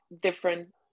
different